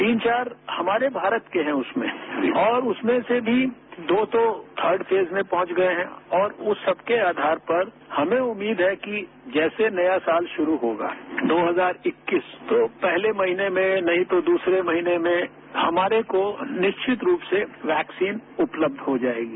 तीन चार हमारे भारत के हैं उसमें और उसमें से भी दो तो थर्ड फेज में पहुंच गये हैं और उस सबके आधार पर हमें उम्मीद है कि जैसे नया साल शुरू होगा दो हजार इक्कीस तो पहले महीने में नहीं तो दूसरे महीने में हमारे को निश्चित रूप से वैक्सीन उपलब्ध हो जाएगी